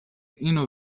اینو